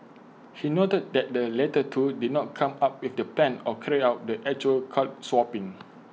he noted that the latter two did not come up with the plan or carry out the actual card swapping